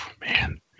man